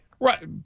Right